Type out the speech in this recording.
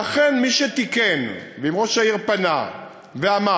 ואכן, מי שתיקן, ואם ראש העיר פנה ואמר,